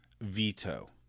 veto